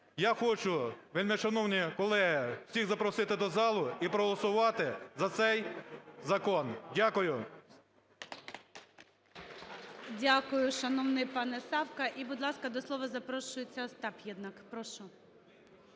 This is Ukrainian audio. я хочу, вельмишановні колеги, всіх запросити до зали і проголосувати за цей закон. Дякую. ГОЛОВУЮЧИЙ. Дякую, шановний пан Савка. І, будь ласка, до слова запрошується Остап Єднак, прошу.